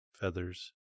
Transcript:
feathers